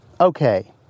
Okay